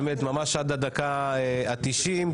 ממש עד הדקה ה-90,